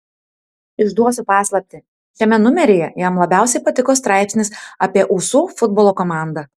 išduosiu paslaptį šiame numeryje jam labiausiai patiko straipsnis apie usų futbolo komandą